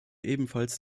ebenfalls